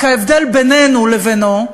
רק ההבדל בינינו לבינו,